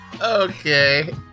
Okay